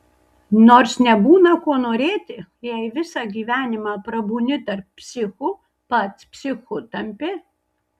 nors nebūna ko norėti jei visą gyvenimą prabūni tarp psichų pats psichu tampi